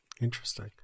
Interesting